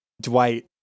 Dwight